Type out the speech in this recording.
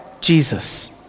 Jesus